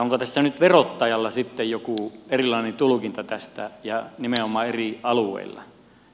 onko tässä nyt verottajalla sitten joku erilainen tulkinta tästä ja nimenomaan eri alueilla